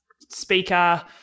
speaker